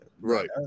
Right